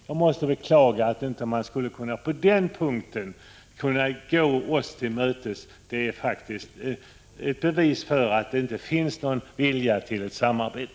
Jag måste beklaga att man på den punkten inte har kunnat gå oss till mötes. Det är ett bevis för att det inte finns någon vilja till samarbete.